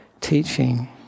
teaching